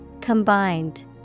Combined